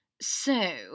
So